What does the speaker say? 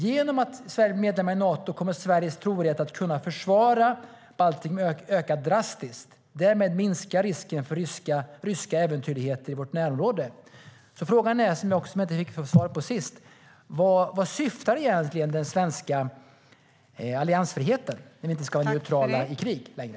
Genom att Sverige blir medlem i Nato kommer Sveriges trovärdighet när det gäller att kunna försvara Baltikum att öka drastiskt, och därmed minskar risken för ryska äventyrligheter i vårt närområde. Frågan som jag inte fick något svar på är: Vad syftar egentligen den svenska alliansfriheten till om vi inte ska vara neutrala i krig längre?